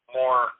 more